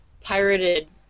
pirated